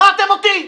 שמעתם אותי?